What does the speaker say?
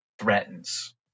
threatens